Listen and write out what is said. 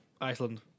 Iceland